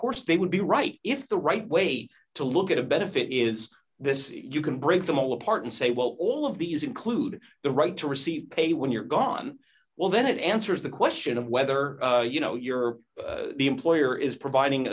course they would be right if the right way to look at a benefit is this you can break them all apart and say well all of these include the right to receive pay when you're gone well then it answers the question of whether you know your employer is providing